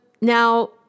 now